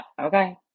okay